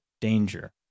danger